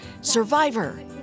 survivor